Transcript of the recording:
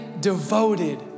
devoted